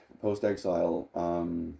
post-exile